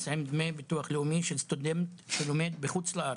לדמי ביטוח לאומי של סטודנט שלומד בחו"ל.